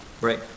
Right